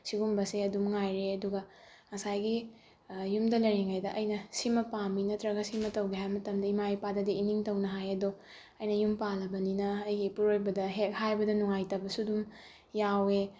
ꯁꯤꯒꯨꯝꯕꯁꯦ ꯑꯗꯨꯝ ꯉꯥꯏꯔꯦ ꯑꯗꯨꯒ ꯉꯁꯥꯏꯒꯤ ꯌꯨꯝꯗ ꯂꯩꯔꯤꯉꯩꯗ ꯑꯩꯅ ꯁꯤꯃ ꯄꯥꯝꯃꯤ ꯅꯠꯇ꯭ꯔꯒ ꯁꯤꯃ ꯇꯧꯒꯦ ꯍꯥꯏꯕ ꯃꯇꯝꯗ ꯏꯃꯥ ꯏꯄꯥꯗꯗꯤ ꯏꯅꯤꯡ ꯇꯧꯅ ꯍꯥꯏꯌꯦ ꯑꯗꯣ ꯑꯩꯅ ꯌꯨꯝ ꯄꯥꯜꯂꯕꯅꯤꯅ ꯑꯩꯒꯤ ꯏꯄꯨꯔꯣꯏꯕꯗ ꯍꯦꯛ ꯍꯥꯏꯕꯗ ꯅꯨꯡꯉꯥꯏꯇꯕꯁꯨ ꯑꯗꯨꯝ ꯌꯥꯎꯋꯦ